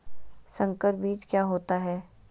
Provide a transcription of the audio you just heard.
संकर बीज क्या होता है?